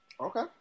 Okay